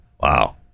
wow